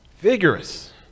vigorous